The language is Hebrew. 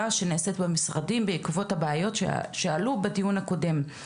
שנעשית במשרדים בעקבות הבעיות שעלו בדיון הקודם.